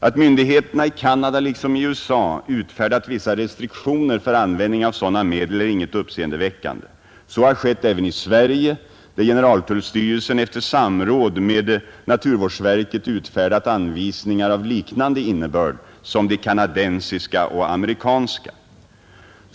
Att myndigheterna i Canada liksom i USA utfärdat vissa restriktioner för användning av sådana medel är inget uppseendeväckande. Så har skett även i Sverige, där generaltullstyrelsen efter samråd med naturvårdsverket utfärdat anvisningar av liknande innebörd som de kanadensiska och amerikanska.